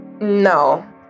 No